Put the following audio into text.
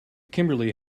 kimberly